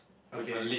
okay